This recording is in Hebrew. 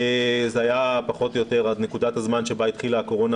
זה היה פחות או יותר נקודת הזמן שבה התחילה הקורונה